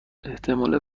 احتمال